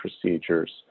procedures